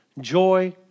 joy